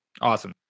Awesome